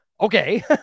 Okay